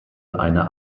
einer